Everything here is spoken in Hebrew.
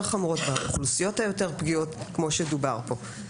חמורות ובאוכלוסיות היותר פגיעות כמו שדובר כאן.